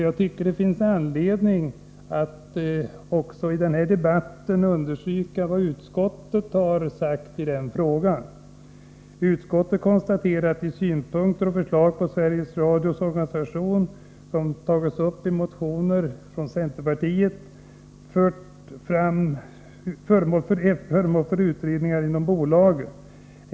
Jag tycker att det finns anledning att understryka vad utskottet har sagt i den frågan: ”Utskottet konstaterar att de synpunkter och förslag på Sveriges Radios organisation som motionärerna” — från centerpartiet — ”fört fram är föremål för utredningar inom bolagen.